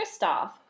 Kristoff